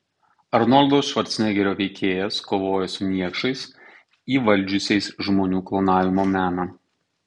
arnoldo švarcnegerio veikėjas kovoja su niekšais įvaldžiusiais žmonių klonavimo meną